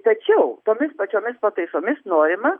tačiau tomis pačiomis pataisomis norima